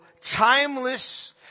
timeless